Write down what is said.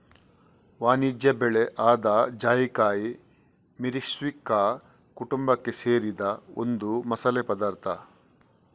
ವಾಣಿಜ್ಯ ಬೆಳೆ ಆದ ಜಾಯಿಕಾಯಿ ಮಿರಿಸ್ಟಿಕಾ ಕುಟುಂಬಕ್ಕೆ ಸೇರಿದ ಒಂದು ಮಸಾಲೆ ಪದಾರ್ಥ